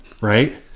right